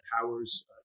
powers